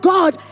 God